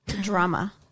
Drama